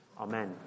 Amen